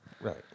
Right